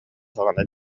саҕана